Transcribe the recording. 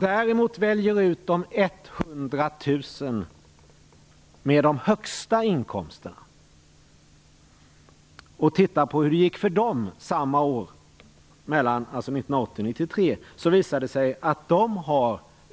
Däremot har de 100 000 med de högsta inkomsterna